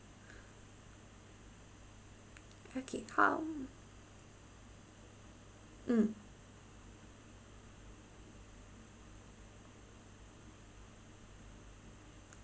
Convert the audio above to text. okay how mm